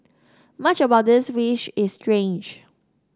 much about this fish is strange